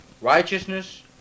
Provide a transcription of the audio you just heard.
Righteousness